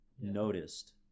noticed